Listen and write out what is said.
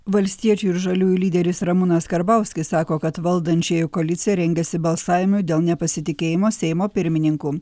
valstiečių ir žaliųjų lyderis ramūnas karbauskis sako kad valdančioji koalicija rengiasi balsavimui dėl nepasitikėjimo seimo pirmininku